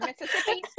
Mississippi